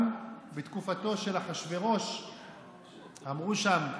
גם בתקופתו של אחשוורוש אמרו שם: